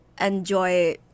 enjoy